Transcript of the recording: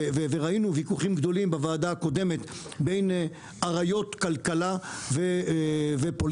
וראינו ויכוחים גדולים בוועדה הקודמת בין אריות כלכלה ופוליטיקה,